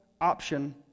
option